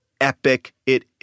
epic—it